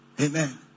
Amen